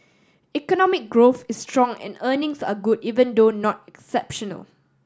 economic growth is strong and earnings are good even though not exceptional